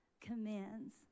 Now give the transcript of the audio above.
commands